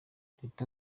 teta